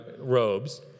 robes